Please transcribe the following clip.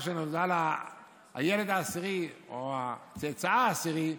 שנולד לה הילד העשירי או הצאצא העשירי,